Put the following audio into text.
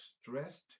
stressed